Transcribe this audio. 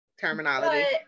terminology